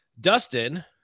dustin